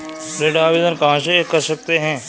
ऋण आवेदन कहां से कर सकते हैं?